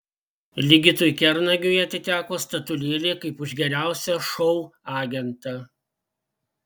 ligitui kernagiui atiteko statulėlė kaip už geriausią šou agentą